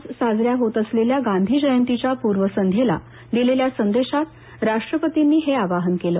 आज साजऱ्या होत असलेल्या गांधी जयंतीच्या पूर्वसंध्येला दिलेल्या संदेशात राष्ट्रपतींनी हे आवाहन केलं